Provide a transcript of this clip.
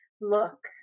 look